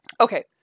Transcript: Okay